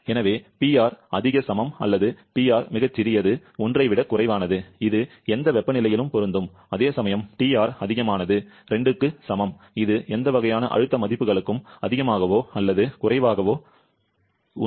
எனவே PR அதிக சமம் அல்லது PR மிகச் சிறியது 1 ஐ விடக் குறைவானது இது எந்த வெப்பநிலையிலும் பொருந்தும் அதேசமயம் TR அதிகமானது 2 க்கு சமம் இது எந்த வகையான அழுத்த மதிப்புகளுக்கும் அதிகமாகவோ அல்லது குறைவாகவோ உண்மை